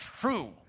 true